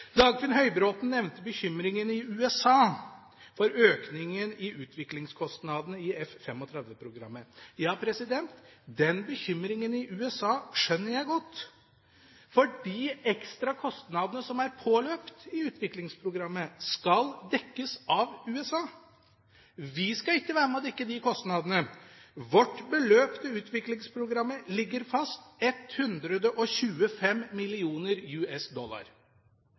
Dagfinn Høybråten nevnte bekymringen i USA for økningen i utviklingskostnadene i F-35-programmet. Ja, den bekymringen i USA skjønner jeg godt, for de ekstra kostnadene som er påløpt i utviklingsprogrammet, skal dekkes av USA. Vi skal ikke være med på å dekke de kostnadene. Vårt beløp til utviklingsprogrammet ligger fast – 125 millioner US dollar.